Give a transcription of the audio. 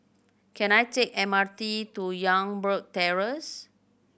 can I take M R T to Youngberg Terrace